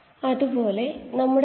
അവ വ്യത്യസ്തമാണ്